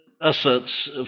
asserts